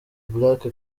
black